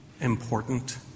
important